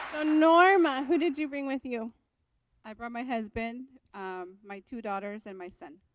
ah norma who did you bring with you i brought my husband um my two daughters and my son